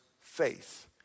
faith